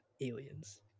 aliens